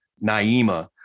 Naima